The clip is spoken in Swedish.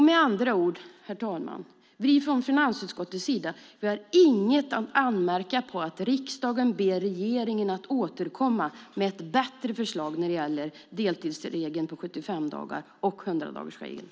Med andra ord, herr talman: Vi har från finansutskottets sida inget att anmärka på att riksdagen ber regeringen att återkomma med ett bättre förslag när det gäller deltidsregeln om 75 dagar och 100-dagarsregeln.